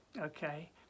Okay